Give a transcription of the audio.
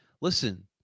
listen